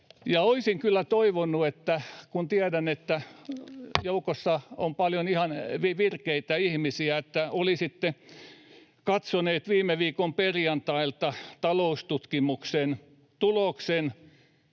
Olisin kyllä toivonut, kun tiedän, että joukossa on paljon ihan virkeitä ihmisiä, että olisitte katsoneet viime viikon perjantailta Taloustutkimuksen tuloksen,